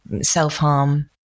self-harm